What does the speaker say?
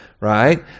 right